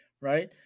right